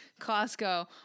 Costco